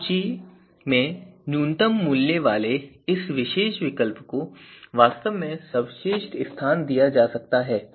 यदि पहले और दूसरे स्थान के विकल्प के बीच का अंतर काफी करीब है तो शायद सूची में सबसे अच्छे विकल्प के रूप में पहले स्थान पर रहने वाले विकल्प पर विचार करने की हमारी स्वीकार्यता अधिक नहीं हो सकती है